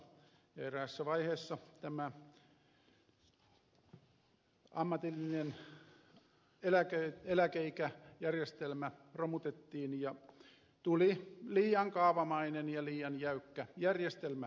eräässä vaiheessa tämä ammatillinen eläkeikäjärjestelmä romutettiin ja tuli liian kaavamainen ja liian jäykkä järjestelmä tilalle